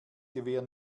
gewehr